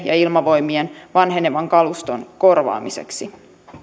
ja ilmavoimien vanhenevan kaluston korvaamiseksi